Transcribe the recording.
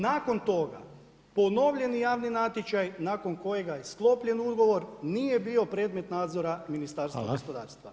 Nakon toga ponovljeni javni natječaj nakon kojega je sklopljen ugovor nije bio predmet nadzora Ministarstva gospodarstva.